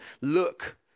look